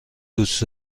دوست